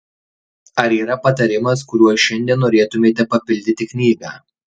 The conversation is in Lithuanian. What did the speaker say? ar yra patarimas kuriuo šiandien norėtumėte papildyti knygą